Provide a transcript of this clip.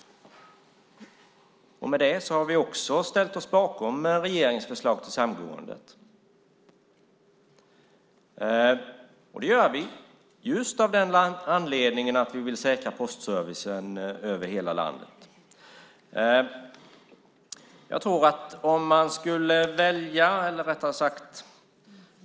Med det har vi också ställt oss bakom regeringens förslag till samgåendet. Det gör vi just av den anledningen att vi vill säkra postservicen över hela landet.